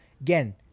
again